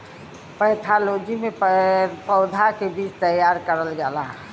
pathology में पौधा के बीज तैयार करल जाला